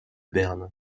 berne